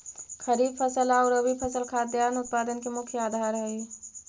खरीफ फसल आउ रबी फसल खाद्यान्न उत्पादन के मुख्य आधार हइ